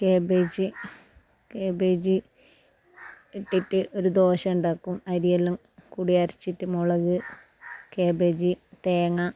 cabbage cabbage ഇട്ടിറ്റ് ഒര് ദോശ ഉണ്ടാക്കും അരിയെല്ലാം കൂടി അരച്ചിറ്റ് മുളക് കേബേജ് തേങ്ങ